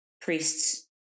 priests